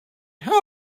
how